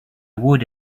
would